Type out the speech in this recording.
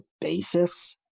basis